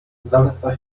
zaleca